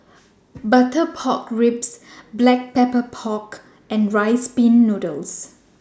Butter Pork Ribs Black Pepper Pork and Rice Pin Noodles